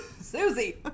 Susie